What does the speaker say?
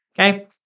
Okay